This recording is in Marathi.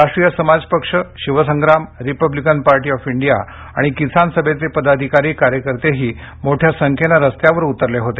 राष्ट्रीय Samaj Paksha Shivsangram Republican Party of India आणि किसान सभेचे पदाधिकारी कार्यकर्ते ही मोठ्या संख्येने रस्त्यावर उतरले होते